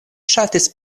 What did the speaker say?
ŝatis